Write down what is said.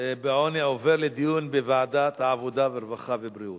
בעוני עובר לדיון בוועדת העבודה, הרווחה והבריאות.